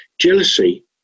Jealousy